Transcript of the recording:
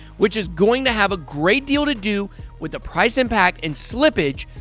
which is going to have a great deal to do with the price impact and slippage,